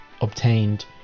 obtained